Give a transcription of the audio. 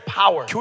power